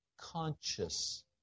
conscious